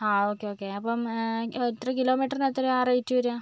ആ okay okay അപ്പം എത്ര കിലോ മീറ്ററിന് എത്രയാണ് റേറ്റ് വരിക